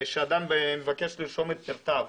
כשאדם מבקש לרשום את פרטיו?